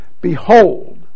Behold